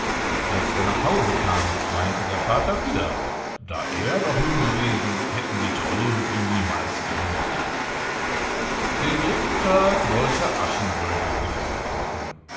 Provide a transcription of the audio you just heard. als er nach hause kam meinte der vater wieder da er noch jung gewesen hätten die trollen ihn niemals gehindert den dritten tag wollte aschenbrödel sich aufmachen